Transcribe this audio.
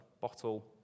bottle